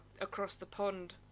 across-the-pond